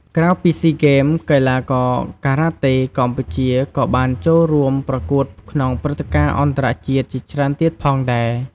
ក្រៅពីស៊ីហ្គេម កីឡាករការ៉ាតេកម្ពុជាក៏បានចូលរួមប្រកួតក្នុងព្រឹត្តិការណ៍អន្តរជាតិជាច្រើនទៀតផងដែរ។